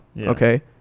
okay